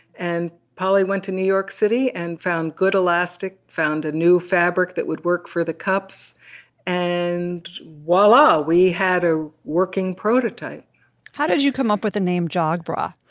and polly went to new york city and found good elastic, found a new fabric that would work for the cups and voila. we had a working prototype how did you come up with the name jog bra?